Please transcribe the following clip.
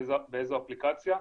באיזו אפליקציה,